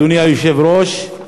אדוני היושב-ראש,